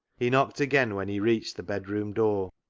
he knocked again when he reached the bedroom door.